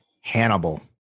hannibal